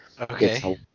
Okay